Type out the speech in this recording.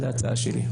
זו הצעה שלי.